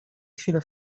chwile